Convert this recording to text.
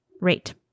Rate